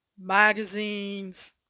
magazines